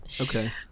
Okay